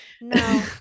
No